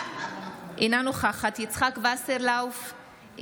אינה נוכחת יצחק שמעון וסרלאוף,